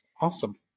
Awesome